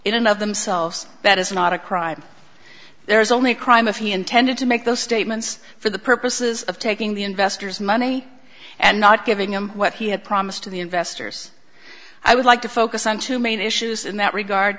of themselves that is not a crime there is only a crime if he intended to make those statements for the purposes of taking the investors money and not giving him what he had promised to the investors i would like to focus on two main issues in that regard